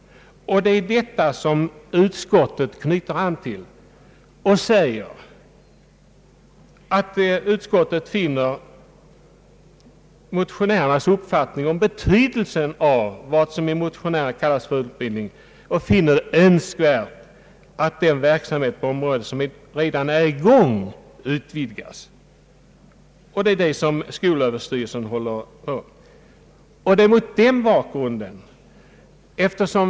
Det är detta som utskottet knyter an till när det anför att utskottet delar motionärernas uppfattning om betydelsen av vad som i motionerna kallas föräldrautbildning och finner det önskvärt att den verksamhet på området som redan är i gång utvidgas. Det är just denna verksamhet som skolöverstyrelsen bedriver.